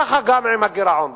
ככה גם עם הגירעון בתקציב.